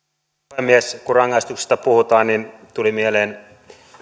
puhemies kun rangaistuksista puhutaan niin tuli mieleen